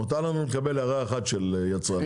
מותר לנו לקבל הערה אחת של יצרן.